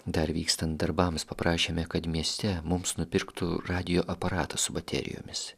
dar vykstant darbams paprašėme kad mieste mums nupirktų radijo aparatą su baterijomis